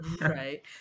Right